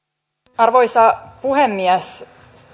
arvoisa puhemies